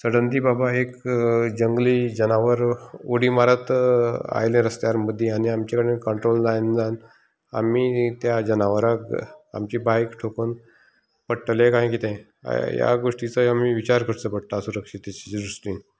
suddenly बाबा एक जंगली जनावर उडी मारत आयले रस्त्यार मदीं आनी आमचे कडेन कंट्रोल जायना जावन आमी त्या जनावराक आमची बायक ठोकून पडटले काय कितें ह्याय गोष्टीचो आमी विचार करचो पडटा असुरक्षितीचे दृश्टीन